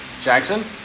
Jackson